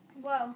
Whoa